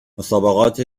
مسابقات